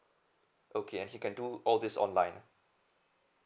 okay and he can do all this online